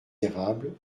érables